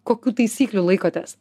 kokių taisyklių laikotės